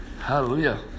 Hallelujah